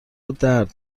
درد